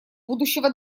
будущего